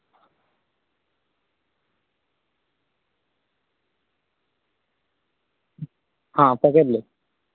अच्छा तऽ जरासन्ध ओहिठाम अखाढ़ा बनेने रहथिन आ तेकरा बाद